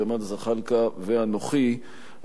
ג'מאל זחאלקה ואנוכי,